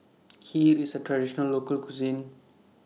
Kheer IS A Traditional Local Cuisine